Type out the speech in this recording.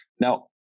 Now